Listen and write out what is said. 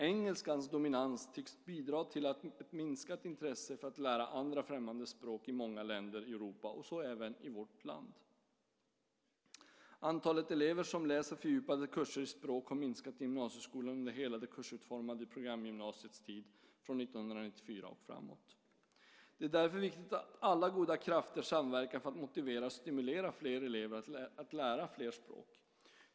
Engelskans dominans tycks bidra till ett minskat intresse för att lära andra främmande språk i många länder i Europa, och så även i vårt land. Antalet elever som läser fördjupade kurser i språk har minskat i gymnasieskolan under hela det kursutformade programgymnasiets tid från 1994 och framåt. Det är därför viktigt att alla goda krafter samverkar för att motivera och stimulera fler elever att lära fler språk.